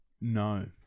No